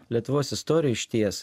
lietuvos istorijoj išties